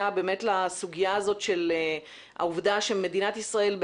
באמת לסוגיה הזאת של העובדה שמדינת ישראל,